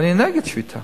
אני נגד שביתה